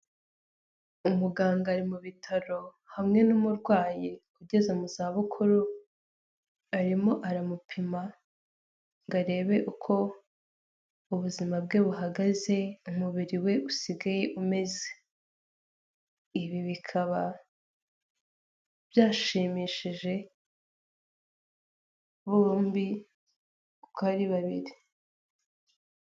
Umuganga ari mu bitaro hamwe n'umurwayi ugeze mu zabukuru, arimo aramupima ngo arebe uko ubuzima bwe buhagaze, umubiri we usigaye umeze. Ibi bikaba byashimishije bombi uko ari babiri.